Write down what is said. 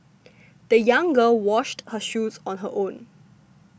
the young girl washed her shoes on her own